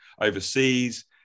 overseas